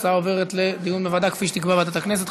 ההצעה עוברת לדיון בוועדה כפי שתקבע ועדת הכנסת.